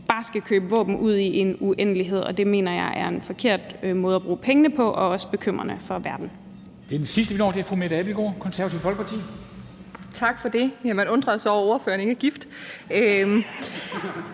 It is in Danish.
bare skal købe våben i en uendelighed, og det mener jeg er en forkert måde at bruge pengene på og også bekymrende for verden.